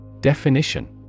Definition